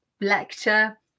lecture